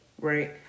right